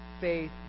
faith